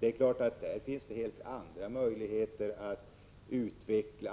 Det är klart att det där finns helt andra möjligheter till utveckling